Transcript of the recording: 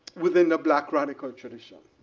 within the black radical tradition.